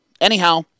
anyhow